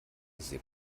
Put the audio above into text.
sehr